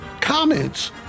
comments